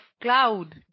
cloud